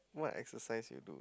what exercise you do